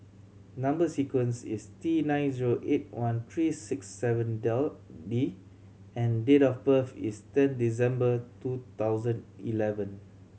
number sequence is T nine zero eight one three six seven Deal D and date of birth is ten December two thousand eleven